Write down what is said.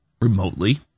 remotely